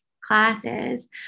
classes